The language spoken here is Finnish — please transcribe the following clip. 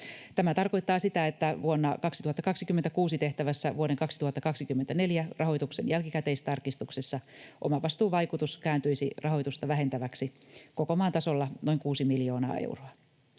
Tämä tarkoittaa sitä, että vuonna 2026 tehtävässä vuoden 2024 rahoituksen jälkikäteistarkistuksessa omavastuun vaikutus kääntyisi rahoitusta vähentäväksi koko maan tasolla noin kuusi miljoonaa euroa.